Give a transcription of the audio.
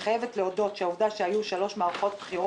כשאני חייבת להודות שלא אנחנו הם אלה שביקשנו שלוש מערכות בחירות.